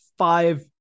Five